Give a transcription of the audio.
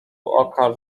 oka